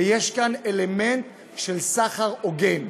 ויש כאן אלמנט של סחר הוגן,